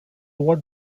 what